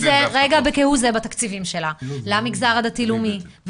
זה בתקציבים שלה למגזר הדתי לאומי,